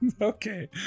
okay